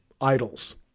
idols